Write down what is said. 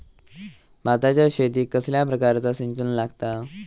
भाताच्या शेतीक कसल्या प्रकारचा सिंचन लागता?